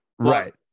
Right